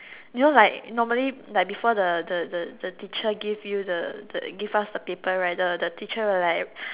you know like normally like before the the the teacher give you the the give us the paper right the the teacher will like